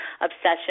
obsession